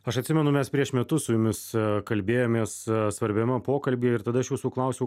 aš atsimenu mes prieš metus su jumis kalbėjomės svarbiame pokalby ir tada aš jūsų klausiau